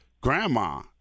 Grandma